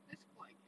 that's good I guess